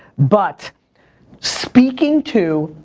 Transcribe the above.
but speaking to,